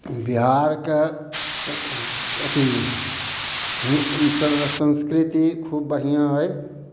बिहारके स अथी संस्कृति खूब बढ़िआँ अइ